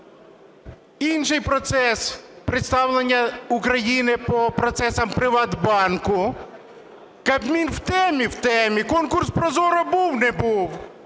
Інший процес – представлення України по процесам ПриватБанку. Кабмін в темі? В темі. Конкурс прозоро був? Не був.